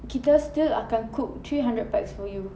kita still akan cook three hundred pax for you